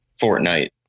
Fortnite